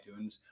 iTunes